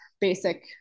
basic